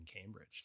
Cambridge